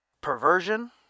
perversion